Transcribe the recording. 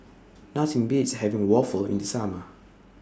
Nothing Beats having Waffle in The Summer